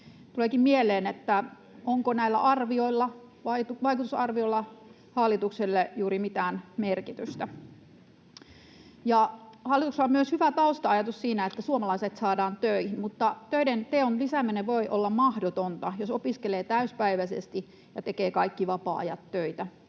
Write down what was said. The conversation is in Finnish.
Tuleekin mieleen, onko näillä vaikutusarvioilla hallitukselle juuri mitään merkitystä. Hallituksella on myös hyvä tausta-ajatus siinä, että suomalaiset saadaan töihin, mutta töiden teon lisääminen voi olla mahdotonta, jos opiskelee täysipäiväisesti ja tekee kaikki vapaa-ajat töitä.